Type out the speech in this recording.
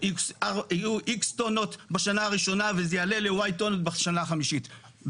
יהיו X טונות בשנה הראשונה וזה יעלה ל-Y טונות בשנה החמישית,